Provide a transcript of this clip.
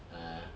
err